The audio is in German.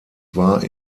war